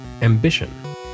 Ambition